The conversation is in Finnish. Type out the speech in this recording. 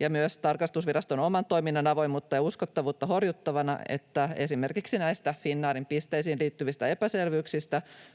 ja myös tarkastusviraston oman toiminnan avoimuutta ja uskottavuutta horjuttavana, että esimerkiksi näistä Finnairin pisteisiin liittyvissä epäselvyyksissä